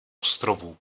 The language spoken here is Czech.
ostrovů